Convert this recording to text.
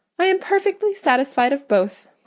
i am perfectly satisfied of both.